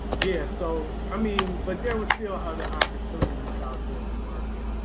yeah. so i mean, but there was still other opportunities out there in the market.